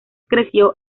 creció